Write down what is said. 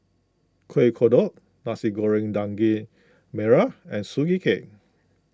Kuih Kodok Nasi Goreng Daging Merah and Sugee Cake